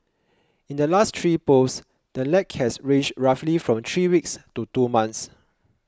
in the last three polls the lag has ranged roughly from three weeks to two months